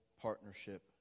partnership